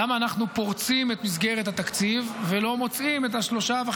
למה אנחנו פורצים את מסגרת התקציב ולא מוצאים את ה-3.5